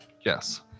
Yes